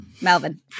Melvin